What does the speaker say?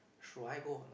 should I go a not